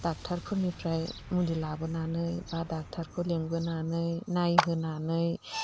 ड'क्टरफोरनिफ्राय मुलि लाबोनानै बा ड'क्टरखौ लिंबोनानै नायहोनानै